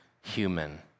human